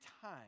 time